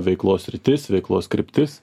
veiklos sritis veiklos kryptis